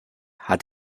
hat